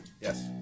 Yes